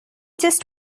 just